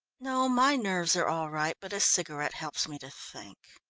no, my nerves are all right, but a cigarette helps me to think.